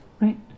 right